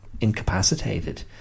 incapacitated